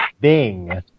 Bing